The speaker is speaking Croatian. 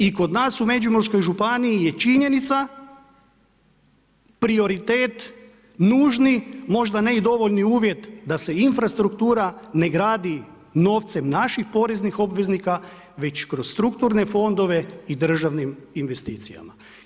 I kod nas u Međimurskoj županiji je činjenica prioritet nužni, možda ne i dovoljni uvjet da se infrastruktura ne gradi novcem naših poreznih obveznika već kroz strukturne fondove i državnim investicijama.